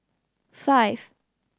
five